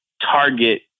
target